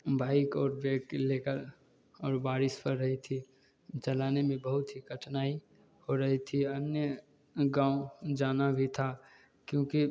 bike और bag ले कर और बारिश पड़ रही थी जलाने में बहुत ही कठिनाई हो रही थी अन्य गाँव जाना भी था क्योंकि